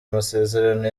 amasezerano